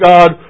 God